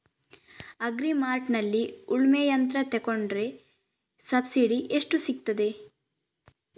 Agri ಮಾರ್ಟ್ನಲ್ಲಿ ಉಳ್ಮೆ ಯಂತ್ರ ತೆಕೊಂಡ್ರೆ ಸಬ್ಸಿಡಿ ಎಷ್ಟು ಸಿಕ್ತಾದೆ?